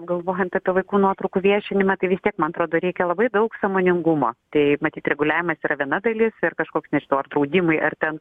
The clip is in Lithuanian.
galvojant apie vaikų nuotraukų viešinimą tai vis tiek man atrodo reikia labai daug sąmoningumo tai matyt reguliavimas yra viena dalis ir kažkoks nežinau ar draudimai ar ten